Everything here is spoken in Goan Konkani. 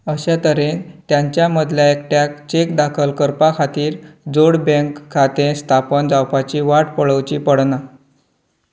अशे तरेन त्यांच्या मदल्या एकट्याक चेक दाखल करपा खातीर जोड बँक खातें स्थापन जावपाची वाट पळोवची पडना